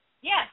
Yes